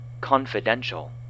Confidential